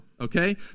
okay